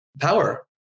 power